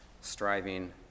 striving